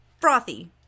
frothy